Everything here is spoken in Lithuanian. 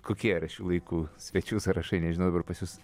kokie yra šių laikų svečių sąrašai nežinau dabar pas jus